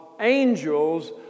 angels